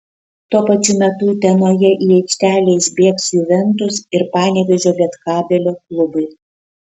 tuo pačiu metu utenoje į aikštelę išbėgs juventus ir panevėžio lietkabelio klubai